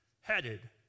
headed